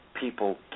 people